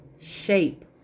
shape